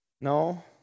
No